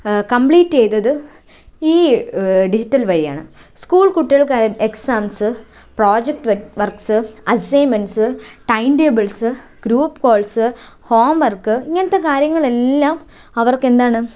കംപ്ലീറ്റെയ്തത് ഈ ഡിജിറ്റൽ വഴിയാണ് സ്കൂൾ കുട്ടികൾക്ക് exams project works assignments timetables group calls home work ഇങ്ങനത്തെ കാര്യങ്ങളെല്ലാം അവർക്കെന്താണ്